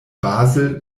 basel